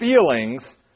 feelings